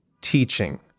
teaching